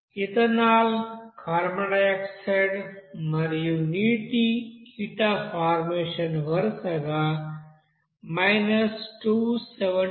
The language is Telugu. ఇథనాల్ కార్బన్ డయాక్సైడ్ మరియు నీటి హీట్ అఫ్ ఫార్మేషన్ వరుసగా 277